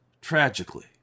tragically